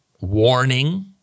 warning